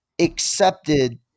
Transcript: accepted